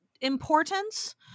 importance